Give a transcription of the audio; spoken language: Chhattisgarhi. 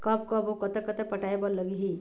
कब कब अऊ कतक कतक पटाए बर लगही